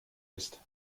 ist